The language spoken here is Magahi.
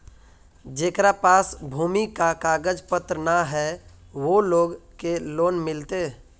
जेकरा पास भूमि का कागज पत्र न है वो लोग के लोन मिलते?